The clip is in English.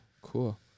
Cool